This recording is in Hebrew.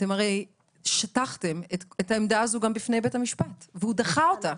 אתם הרי שטחתם את העמדה הזו גם בפני בית המשפט והוא דחה אותה.